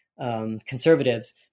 conservatives